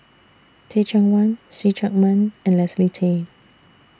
Teh Cheang Wan See Chak Mun and Leslie Tay